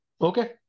Okay